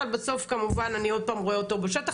אבל בסוף כמובן אני עוד פעם רואה אותו בשטח.